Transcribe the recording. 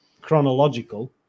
chronological